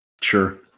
Sure